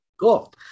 Cool